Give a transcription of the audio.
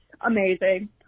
amazing